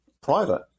private